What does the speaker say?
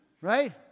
right